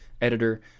editor